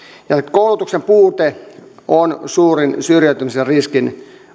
koulutuksen puute on suurin syrjäytymisen riskin